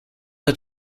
had